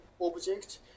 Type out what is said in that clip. object